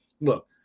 look